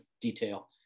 detail